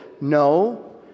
no